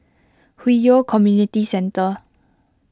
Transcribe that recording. Hwi Yoh Community Centre